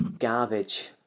garbage